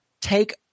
take